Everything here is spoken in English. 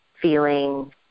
feeling